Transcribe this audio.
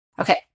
Okay